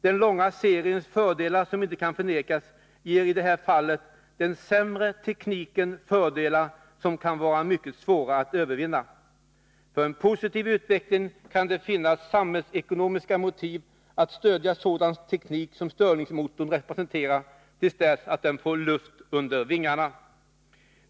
Den långa seriens fördelar, som inte kan förnekas, ger i det här fallet den sämre tekniken fördelar som kan vara mycket svåra att övervinna. För en positiv utveckling kan det finnas samhällsekonomiska motiv att stödja sådan teknik som stirlingmotorn representerar tills den får luft under vingarna.